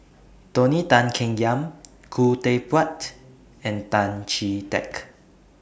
Tony Tan Keng Yam Khoo Teck Puat and Tan Chee Teck